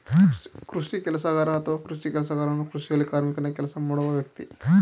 ಕೃಷಿ ಕೆಲಸಗಾರ ಅಥವಾ ಕೃಷಿ ಕೆಲಸಗಾರನು ಕೃಷಿಯಲ್ಲಿ ಕಾರ್ಮಿಕರಾಗಿ ಕೆಲಸ ಮಾಡುವ ವ್ಯಕ್ತಿ